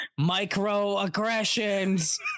Microaggressions